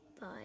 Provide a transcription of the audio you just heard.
bye